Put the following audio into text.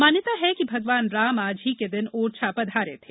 मान्यता है कि राम आज ही के दिन ओरछा पधारे थे